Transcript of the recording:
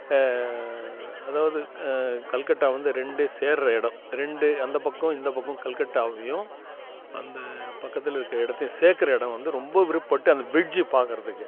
அதாவது கல்கட்டா வந்து ரெண்டு சேருற இடம் ரெண்டு அந்த பக்கம் இந்த பக்கம் கல்கட்டாவையும் அந்த பக்கத்தில் இருக்கற இடத்தையும் சேர்க்குற இடம் வந்து ரொம்ப விருப்பட்டு அந்த ப்ரிட்ஜி பார்க்குறத்துக்கு